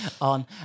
on